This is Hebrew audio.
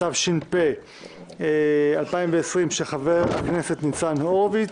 התש"ף-2020, פ/1405/23,